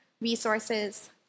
resources